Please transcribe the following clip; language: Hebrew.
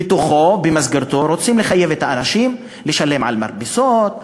במסגרתו רוצים לחייב את האנשים לשלם על מרפסות,